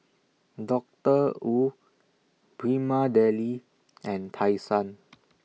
Doctor Wu Prima Deli and Tai Sun